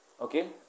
okay